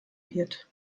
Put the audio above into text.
wird